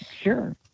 Sure